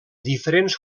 diferents